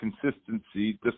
consistency